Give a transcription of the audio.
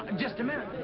just a minute.